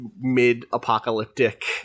mid-apocalyptic